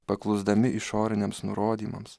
paklusdami išoriniams nurodymams